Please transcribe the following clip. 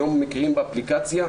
היום מכירים באפליקציה,